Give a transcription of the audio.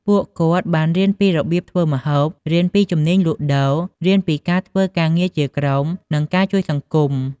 ពួកគាត់បានរៀនពីរបៀបធ្វើម្ហូប រៀនពីជំនាញលក់ដូរ រៀនពីការធ្វើការងារជាក្រុម និងការជួយសង្គម។